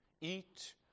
eat